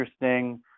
interesting